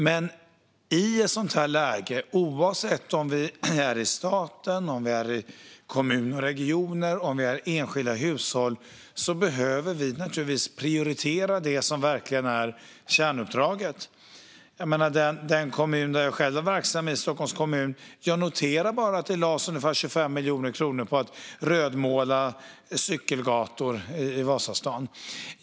Men i ett sådant här läge, oavsett om det gäller staten, kommuner och regioner eller enskilda hushåll, behöver vi naturligtvis prioritera det som verkligen är kärnuppdraget. Jag var verksam i Stockholms kommun. Jag noterar att det lades ungefär 25 miljoner kronor på att rödmåla cykelgator i Vasastan.